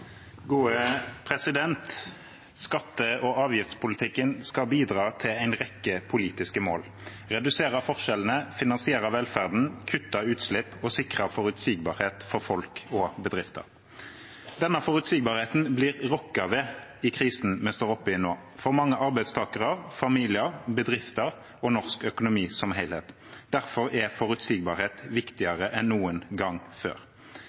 en rekke politiske mål: redusere forskjellene, finansiere velferden, kutte utslipp og sikre forutsigbarhet for folk og bedrifter. Denne forutsigbarheten blir rokket ved i krisen vi står oppe i nå, for mange arbeidstakere, familier, bedrifter og norsk økonomi som helhet. Derfor er forutsigbarhet viktigere enn noen gang før.